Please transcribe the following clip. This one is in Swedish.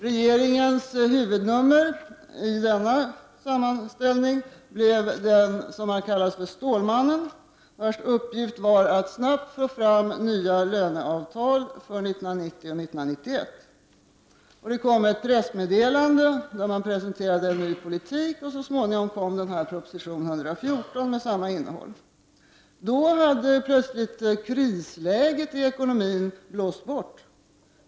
Regeringens huvudnummer i denna sammanställning blev den s.k. stålmannen, vars uppgift var att snabbt få fram nya löneavtal för 1990 och 1991. Ett pressmeddelande med en ny politik presenterades, och småningom kom proposition 114 med samma innehåll. Då hade plötsligt krisläget i ekonomin blåst bort.